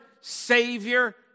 Savior